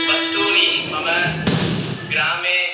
वस्तूनि मम ग्रामे